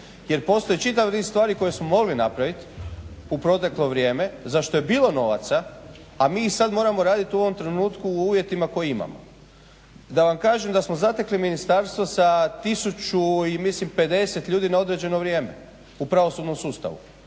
jer postoji čitav niz stvari koje smo mogli napravit u proteklo vrijeme za što je bilo novaca, a mi ih sad moramo radit u ovom trenutku u uvjetima koje imamo. Da vam kažem da smo zatekli ministarstvo sa 1000 i mislim 50 ljudi na određeno vrijeme u pravosudnom sustavu.